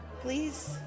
Please